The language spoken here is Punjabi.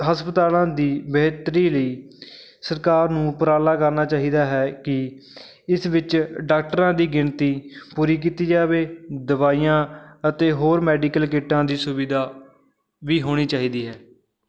ਹਸਪਤਾਲਾਂ ਦੀ ਬੇਹਤਰੀ ਲਈ ਸਰਕਾਰ ਨੂੰ ਉਪਰਾਲਾ ਕਰਨਾ ਚਾਹੀਦਾ ਹੈ ਕਿ ਇਸ ਵਿੱਚ ਡਾਕਟਰਾਂ ਦੀ ਗਿਣਤੀ ਪੂਰੀ ਕੀਤੀ ਜਾਵੇ ਦਵਾਈਆਂ ਅਤੇ ਹੋਰ ਮੈਡੀਕਲ ਕਿੱਟਾਂ ਦੀ ਸੁਵਿਧਾ ਵੀ ਹੋਣੀ ਚਾਹੀਦੀ ਹੈ